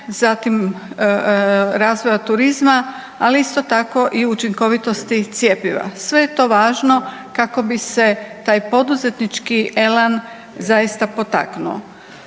zatim razvoja turizma, ali isto tako i učinkovitosti cjepiva. Sve je to važno kako bi se taj poduzetnički elan zaista potaknuo.